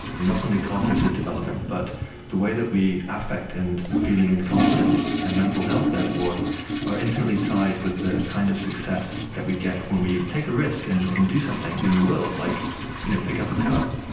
not only cognitive development but the way that we affect and feeling and confidence and mental health therefore are intimately tied with the kind of success that we get when we take a risk and and do something in the world, like you know pick up a cup,